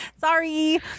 Sorry